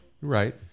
Right